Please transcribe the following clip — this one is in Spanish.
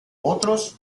otros